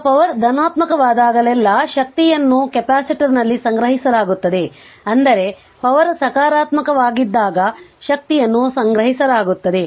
ಈಗ ಪವರ್ ಧನಾತ್ಮಕವಾದಾಗಲೆಲ್ಲಾ ಶಕ್ತಿಯನ್ನು ಕೆಪಾಸಿಟರ್ನಲ್ಲಿ ಸಂಗ್ರಹಿಸಲಾಗುತ್ತದೆ ಅಂದರೆ ಪವರ್ ಸಕಾರಾತ್ಮಕವಾಗಿದ್ದಾಗ ಶಕ್ತಿಯನ್ನು ಸಂಗ್ರಹಿಸಲಾಗುತ್ತದೆ